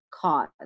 cause